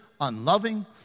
unloving